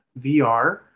VR